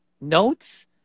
notes